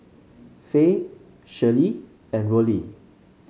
Faye Shirley and Rollie